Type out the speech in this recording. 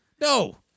No